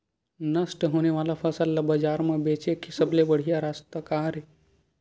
नष्ट होने वाला फसल ला बाजार मा बेचे के सबले बढ़िया रास्ता का हरे?